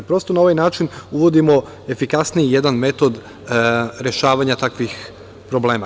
Prosto, na ovaj način uvodimo efikasniji metod rešavanja takvih problema.